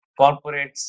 corporates